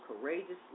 courageously